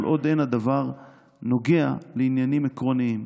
כל עוד אין הדבר נוגע לעניינים" עקרוניים.